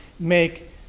make